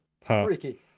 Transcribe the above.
freaky